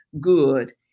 good